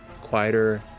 quieter